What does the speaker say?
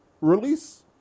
Release